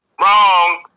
Wrong